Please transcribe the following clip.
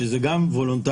שזה גם וולונטרי,